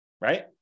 Right